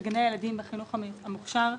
של גני הילדים בחינוך המוכש"ר,